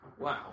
wow